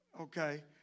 Okay